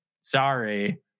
Sorry